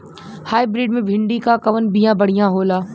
Hybrid मे भिंडी क कवन बिया बढ़ियां होला?